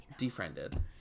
Defriended